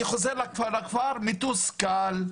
אני חוזר לכפר מתוסכל,